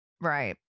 Right